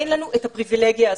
אין לנו את הפריבילגיה הזאת.